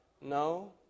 No